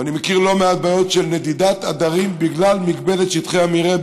ואני מכיר לא מעט בעיות של נדידת עדרים בגלל מגבלת שטחי המרעה,